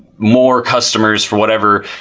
more customers for whatever